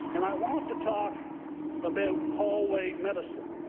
and i want to talk about hallway medicine,